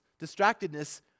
distractedness